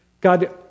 God